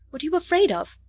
what are you afraid of?